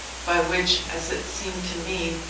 by which, as it seemed to me,